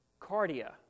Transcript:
cardia